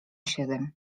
siedem